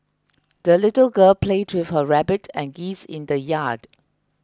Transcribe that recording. the little girl played with her rabbit and geese in the yard